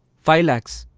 five lakhs